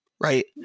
Right